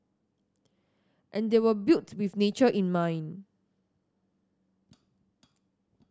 and they were built with nature in mind